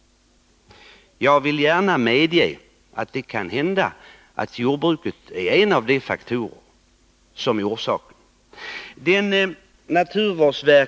Jag vill gärna medge att det kan hända att jordbrukets gödsling är en av de faktorer som är orsaken till algförekomsten.